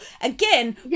again